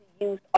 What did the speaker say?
use